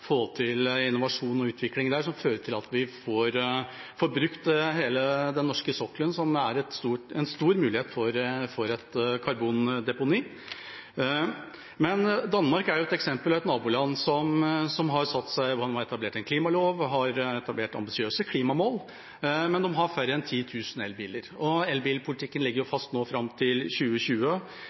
få til innovasjon og utvikling som fører til at vi får brukt hele den norske sokkelen, som er en stor mulighet for et karbondeponi. Danmark, vårt naboland, er et eksempel: De har etablert en klimalov og satt seg ambisiøse klimamål, men de har færre enn 10 000 elbiler. Elbilpolitikken ligger fast fram til 2020.